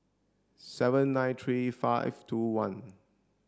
seven nine three five two one